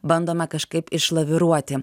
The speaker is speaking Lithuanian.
bandome kažkaip išlaviruoti